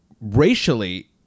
racially